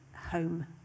home